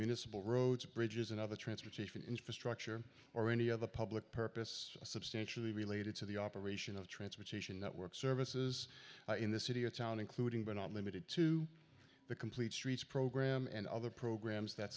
municipal roads bridges and other transportation infrastructure or any other public purpose substantially related to the operation of transportation network services in the city or town including but not limited to the complete streets program and other programs that